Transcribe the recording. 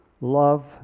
love